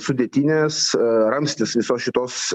sudėtinis ramstis visos šitos